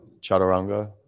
chaturanga